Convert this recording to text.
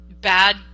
bad